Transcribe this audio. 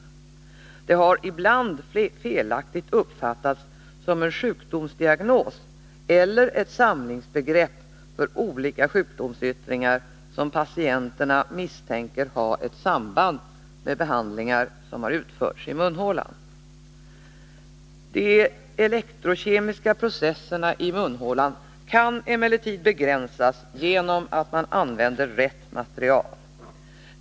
Oral galvanism har ibland felaktigt uppfattats som en sjukdomsdiagnos eller ett samlingsbegrepp för olika sjukdomsyttringar som patienterna misstänker ha ett samband med behandlingar som utförts i munhålan. De elektrokemiska processerna i munhålan kan begränsas genom att rätt material används.